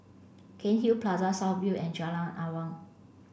Cairnhill Plaza South View and Jalan Awang